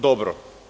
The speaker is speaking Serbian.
Dobro.